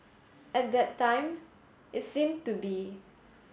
at that time it seemed to be